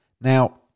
Now